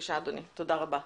תודה רבה.